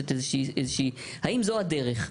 האם זו הדרך?